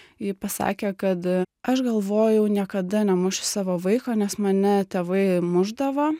ji pasakė kad aš galvojau niekada nemušiu savo vaiko nes mane tėvai mušdavo